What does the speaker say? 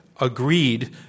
agreed